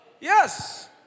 Yes